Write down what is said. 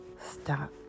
stop